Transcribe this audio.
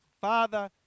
father